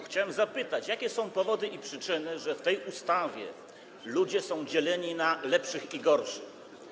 Chciałem zapytać: Jakie są powody, przyczyny, że w tej ustawie ludzie są dzieleni na lepszych i gorszych?